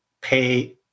pay